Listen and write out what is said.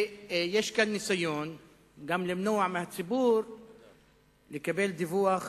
יש כאן ניסיון גם למנוע מהציבור לקבל דיווח